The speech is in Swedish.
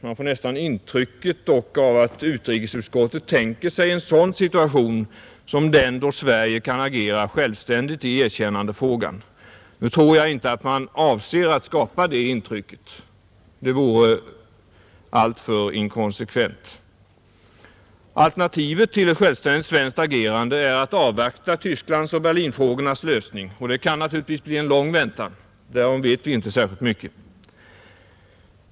Man får nästan det intrycket att utrikesutskottet tänker sig en sådan situation som den då Sverige kan agera självständigt i erkännandefrågan, Nu tror jag inte att man avser att skapa det intrycket; det vore alltför inkonsekvent. Alternativet till ett självständigt svenskt agerande är att avvakta Tysklandsoch Berlinfrågornas lösning, och det kan naturligtvis bli en lång väntan. Därom vet vi inte särskilt mycket.